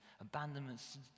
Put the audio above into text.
abandonments